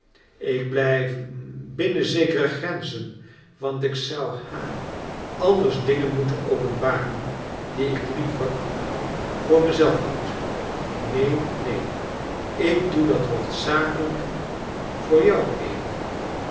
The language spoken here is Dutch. ik blijf hm binnen zekere grenzen want ik zou ha anders dingen moeten openbaren die ik liever hm voor mij zelf houd neen neen ik doe dat hoofdzakelijk hm voor jou amy